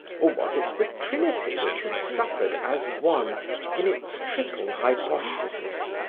or was it the trinity which had suffered as one in its triple hypostasis,